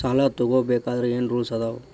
ಸಾಲ ತಗೋ ಬೇಕಾದ್ರೆ ಏನ್ ರೂಲ್ಸ್ ಅದಾವ?